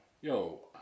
Yo